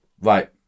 Right